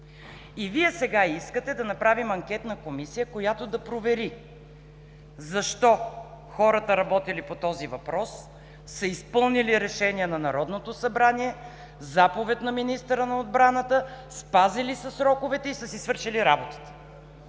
Вие сега искате да направим Анкетна комисия, която да провери защо хората работили по този въпрос, са изпълнили решение на Народното събрание, заповед на министъра на отбраната, спазили са сроковете и са си свършили работата.